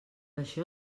això